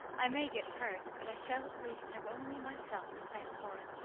i may get hurt, but i shall at least have only myself to thank for it.